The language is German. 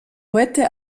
heute